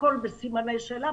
הכול בסימני שאלה.